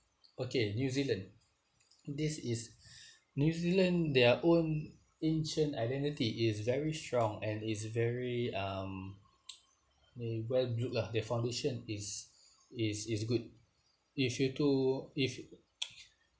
okay new zealand this is new zealand their own ancient identity it's very strong and it's very um they well built lah their foundation it's is is good if you were to if